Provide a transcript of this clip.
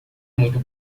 muito